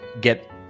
get